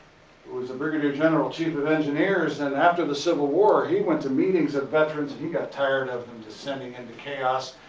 was a brigadier general, chief of engineers. and after the civil war he went to meetings of veterans. he got tired of them descending into chaos,